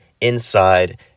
inside